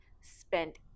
spent